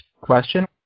question